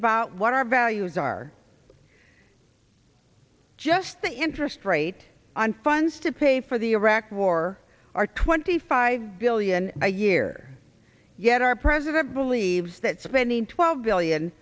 about what our values are just the interest rate on funds to pay for the iraq war are twenty five billion a year yet our president believes that spending twelve billion